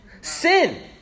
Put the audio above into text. Sin